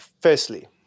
firstly